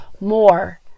more